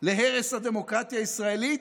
להרס הדמוקרטיה הישראלית,